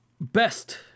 Best